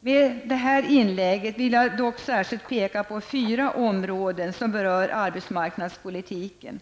Med det här inlägget vill jag särskilt peka på fyra områden som berör arbetsmarknadspolitiken.